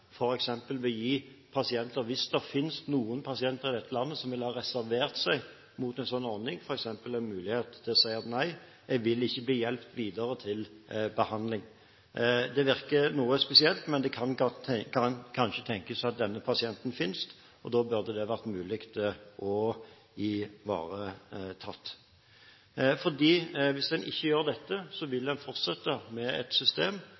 som vil reservere seg mot en slik ordning – en mulighet til å si nei, jeg vil ikke bli hjulpet videre til en behandling. Det virker noe spesielt, men det kan kanskje tenkes at denne pasienten finnes, og da burde det være mulig å ivareta. Hvis en ikke gjør dette, vil en fortsette med et system